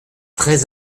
très